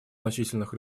значительных